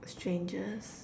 strangest